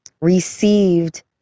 received